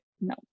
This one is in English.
no